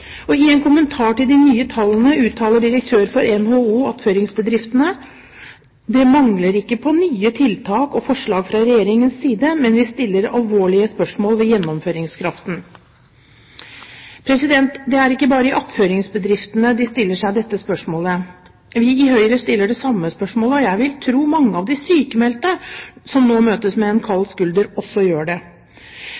Norge. I en kommentar til de nye tallene uttaler direktør for NHO attføringsbedriftene: «Det mangler ikke på nye tiltak og forslag fra regjeringens side, men vi stiller alvorlige spørsmål ved gjennomføringskraften.» Det er ikke bare i Attføringsbedriftene de stiller seg dette spørsmålet. Vi i Høyre stiller det samme spørsmålet, og jeg vil tro mange av de sykmeldte som nå møtes med en